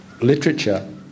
literature